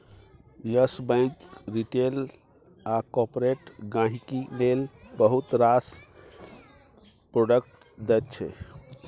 yes Bank retail आ corporate गांहिकी लेल बहुत रास प्रोडक्ट दैत छै